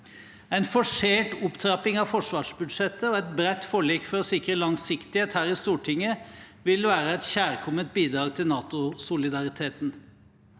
En forsert opptrapping av forsvarsbudsjettet og et bredt forlik for å sikre langsiktighet her i Stortinget vil være et kjærkomment bidrag til NATO-solidariteten.